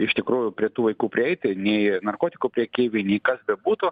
iš tikrųjų prie tų vaikų prieiti nei narkotikų prekeiviai nei kas bebūtų